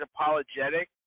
apologetic